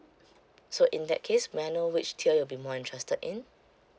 so in that case may I know which tier you'll be more interested in